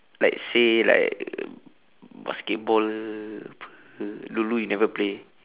let's say like basketball ke apa ke dulu you never play